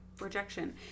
rejection